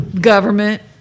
Government